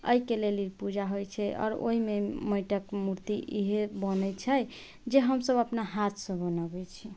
एहिके लेल ई पूजा होइ छै आओर ओहिमे माटिक मूर्ति ईहे बनै छै जे हमसब अपना हाथ सँ बनबै छी